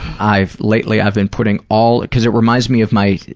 i've, lately i've been putting all, because it reminds me of my